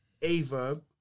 Averb